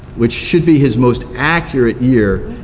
which should be his most accurate year,